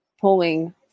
pulling